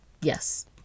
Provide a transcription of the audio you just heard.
yes